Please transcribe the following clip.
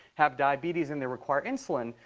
have diabetes and they require insulin,